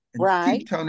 Right